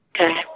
Okay